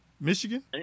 Michigan